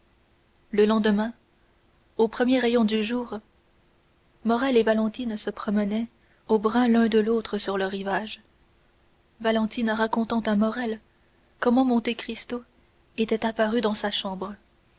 le lendemain aux premiers rayons du jour morrel et valentine se promenaient au bras l'un de l'autre sur le rivage valentine racontant à morrel comment monte cristo était apparu dans sa chambre